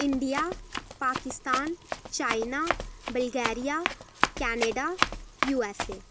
India Pakistan China Bulgaria Canada USA